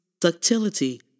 ductility